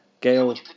Gale